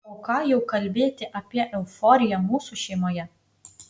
o ką jau kalbėti apie euforiją mūsų šeimoje